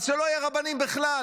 אז שלא יהיו רבנים בכלל.